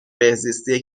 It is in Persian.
بهزیستی